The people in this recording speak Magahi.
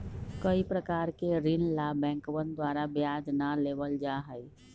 कई प्रकार के ऋण ला बैंकवन द्वारा ब्याज ना लेबल जाहई